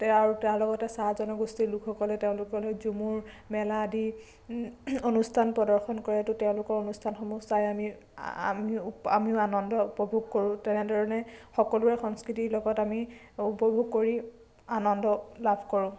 আৰু তাৰ লগতে চাহ জনগোষ্ঠীৰ লোকসকলে তেওঁলোকে ঝুমুৰ মেলা আদি অনুষ্ঠান প্ৰদৰ্শন কৰে তো তেওঁলোকৰ অনুষ্ঠানসমূহ চাই আমি আমিও আমিও আনন্দ উপভোগ কৰোঁ তেনেধৰণে সকলোৱে সংস্কৃতিৰ লগত আমি উপভোগ কৰি আনন্দ লাভ কৰোঁ